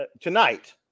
Tonight